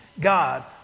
God